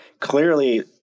clearly